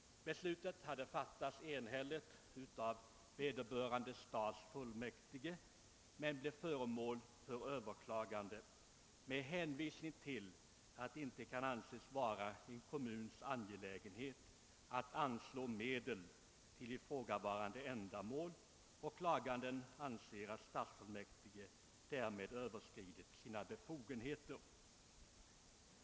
Detta beslut fattades enhälligt av stadsfullmäktige men överklagades under hänvisning till att det inte kunde anses vara en kommunens angelägenhet att anslå medel för ifrågavarande ändamål. Den överklagande ansåg därför att stadsfullmäktige hade överskridit sina befogenheter.